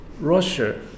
Russia